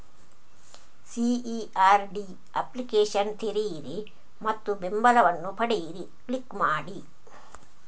CERD application ತೆರೆಯಿರಿ ಮತ್ತು ಬೆಂಬಲವನ್ನು ಪಡೆಯಿರಿ ಕ್ಲಿಕ್ ಮಾಡಿ